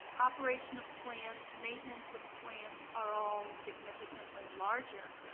operation of plant, maintenance of plant are all significantly larger,